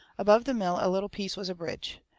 above the mill a little piece was a bridge.